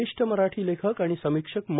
ज्येष्ठ मराठी लेखक आणि समीक्षक म